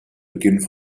beginnt